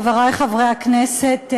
חברי חברי הכנסת,